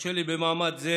תרשה לי במעמד זה